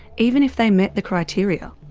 even if they met the criteria.